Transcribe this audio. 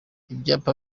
ibyapa